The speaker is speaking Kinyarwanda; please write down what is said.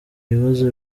ibibazo